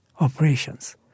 operations